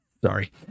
Sorry